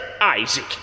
Isaac